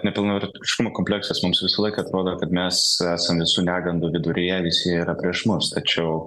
nepilnavertiškumo kompleksas mums visąlaik atrodo kad mes esam visų negandų viduryje visi yra prieš mus tačiau